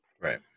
Right